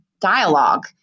dialogue